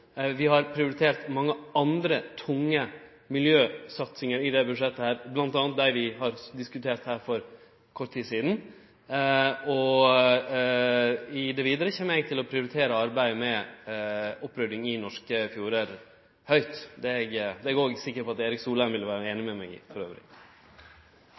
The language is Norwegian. Vi har prioritert mange andre tunge miljøsatsingar i budsjettet, bl.a. dei vi diskuterte her for kort tid sida. I det vidare kjem eg til å prioritere høgt arbeidet med opprydding i norske fjordar. Det er eg sikker på at Erik Solheim ville vere